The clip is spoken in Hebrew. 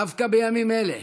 דווקא בימים אלו